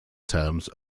terms